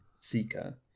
seeker